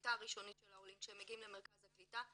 בקליטה הראשונית של העולים כשהם מגיעים למרכז הקליטה.